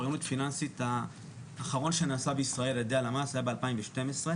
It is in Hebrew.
אוריינות פיננסית האחרון שנעשה בישראל על-ידי הלמ"ס היה ב-2012,